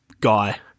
guy